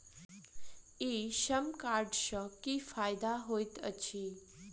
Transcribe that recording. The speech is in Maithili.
ई श्रम कार्ड सँ की फायदा होइत अछि?